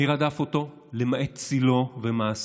מי רדף אותו, למעט צילו ומעשיו